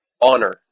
honor